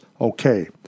okay